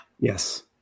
Yes